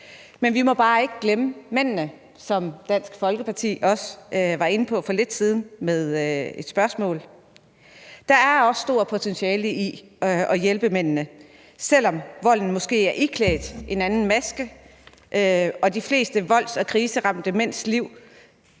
men vi må bare ikke glemme mændene, som Dansk Folkeparti også var inde på for lidt siden i et spørgsmål. Der er også stort potentiale i at hjælpe mændene. Selv om volden måske er iklædt en anden maske, har de fleste volds- og kriseramte mænd også